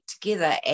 together